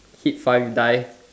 hit five you die